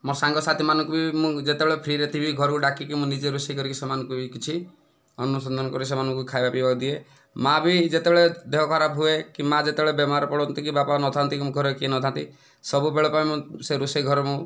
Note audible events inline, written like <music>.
ମୋ' ସାଙ୍ଗସାଥିମାନଙ୍କୁ ବି ମୁଁ ଯେତେବେଳେ ଫ୍ରିରେ ଥିବି ଘରକୁ ଡାକିକି ମୁଁ ନିଜେ ରୋଷେଇ କରିକି ସେମାନଙ୍କୁ ବି କିଛି ଅନ୍ନ <unintelligible> କରି ସେମାନଙ୍କୁ ଖାଇବା ପିଇବାକୁ ଦିଏ ମା' ବି ଯେତେବେଳେ ଦେହ ଖରାପ ହୁଏ କି ମା' ଯେତେବେଳେ ବେମାର ପଡ଼ନ୍ତି କି ବାପା ନ ଥାନ୍ତି କି ମୁଁ ଘରେ କିଏ ନଥାନ୍ତି ସବୁବେଳ ପାଇଁ ସେ ରୋଷେଇ ଘରେ ମୁଁ